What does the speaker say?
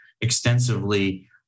extensively